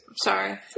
Sorry